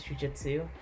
jujitsu